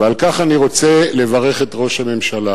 ועל כך אני רוצה לברך את ראש הממשלה.